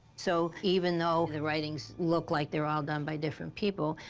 so even though the writings look like they're all done by different people,